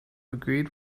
agreed